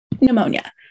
pneumonia